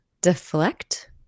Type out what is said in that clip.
deflect